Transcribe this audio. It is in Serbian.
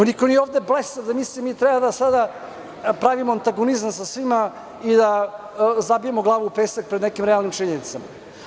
Niko ovde nije blesav da treba sada da pravimo antagonizam sa svima i da zabijemo glavu u pesak pred nekim realnim činjenicama.